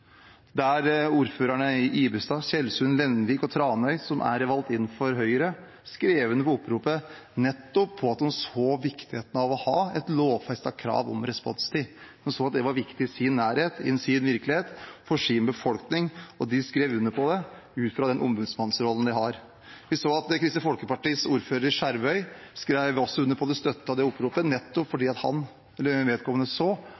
der ordførerne i Ibestad, Tjeldsund, Lenvik og Tranøy, som er valgt inn for Høyre, skrev under på at de så viktigheten av å ha et lovfestet krav om responstid. De så at det var viktig i deres nærhet, i deres virkelighet, for deres befolkning, og de skrev under på det ut fra den ombudsmannsrollen de har. Kristelig Folkepartis ordfører i Skjervøy skrev også under og støttet det oppropet, nettopp fordi vedkommende så